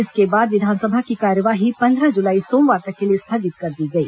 इसके बाद विधानसभा की कार्यवाही पंद्रह जुलाई सोमवार तक के लिए स्थगित कर दी गई